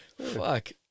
Fuck